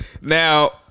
Now